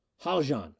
Haljan